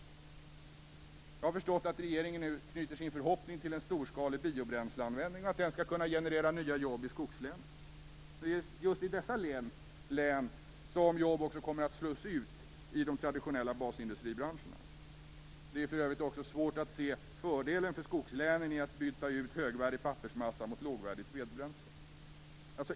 Jag har förstått att regeringen nu knyter sin förhoppning till en storskalig biobränsleanvändning och att den skall kunna generera nya jobb i skogslänen. Men det är just i dessa län som jobb också kommer att slås ut i de traditionella basindustribranscherna. Det är för övrigt också svårt att se fördelen med att skogslänen byter ut högvärdig pappersmassa mot lågvärdigt vedbränsle.